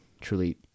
truly